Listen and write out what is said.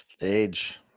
Age